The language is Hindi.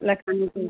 लखानी के